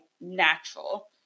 natural